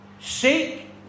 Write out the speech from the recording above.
Seek